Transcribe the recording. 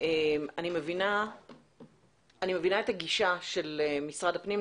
אני מבינה את הגישה של משרד הפנים,